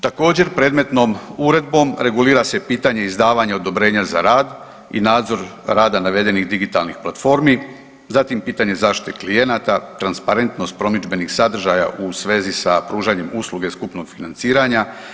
Također, predmetnom Uredbom regulira se pitanje izdavanja i odobrenja za rad i nadzor rada navedenih digitalnih platformi, zatim pitanje zaštite klijenata, transparentnost promidžbenih sadržaja u svezi sa pružanjem usluge skupnog financiranja.